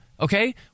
Okay